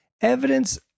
Evidence